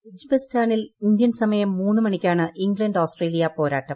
എജ്ബാസ്റ്റനിൽ Indian സമയം മൂന്നു മണിക്കാണ് ഇംഗ്ലണ്ട് ഓസ്ട്രേലിയ പോരാട്ടം